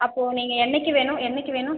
அப்போது நீங்கள் என்றைக்கி வேணும் என்றைக்கி வேணும்